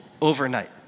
overnight